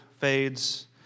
fades